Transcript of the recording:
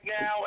now